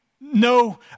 No